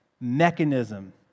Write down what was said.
mechanism